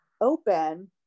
open